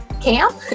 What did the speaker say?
camp